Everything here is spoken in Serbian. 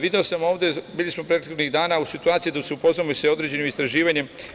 Video sam ovde, bili smo prethodnih dana u situaciji da se upoznamo sa određenim istraživanjem.